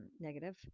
negative